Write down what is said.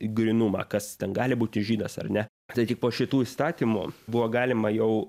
grynumą kas ten gali būti žydas ar ne tai tik po šitų įstatymų buvo galima jau